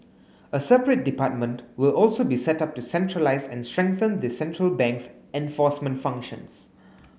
a separate department will also be set up to centralise and strengthen the central bank's enforcement functions